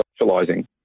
socializing